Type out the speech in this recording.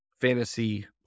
fantasy